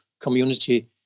community